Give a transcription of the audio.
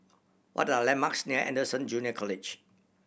what are landmarks near Anderson Junior College